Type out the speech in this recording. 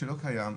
שלא קיים,